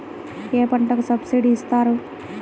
ఏ పంటకు సబ్సిడీ ఇస్తారు?